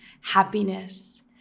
happiness